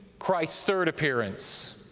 christ's third appearance.